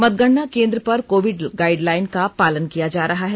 मतगणना केंद्र पर कोविड गाइडलाइन का पालन किया जा रहा है